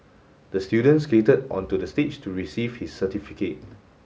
the student skated onto the stage to receive his certificate